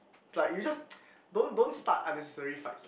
like you just don't don't start unnecessary fights